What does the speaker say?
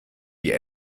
die